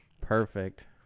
Perfect